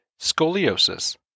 scoliosis